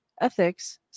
ethics